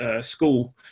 school